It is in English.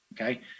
Okay